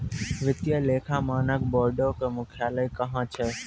वित्तीय लेखा मानक बोर्डो के मुख्यालय कहां छै?